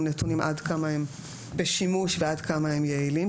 נתונים עד כמה הם בשימוש ועד כמה הם יעילים.